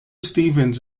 stephens